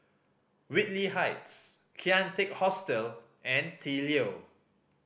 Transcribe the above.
Whitley Heights Kian Teck Hostel and The Leo